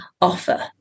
offer